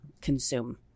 consume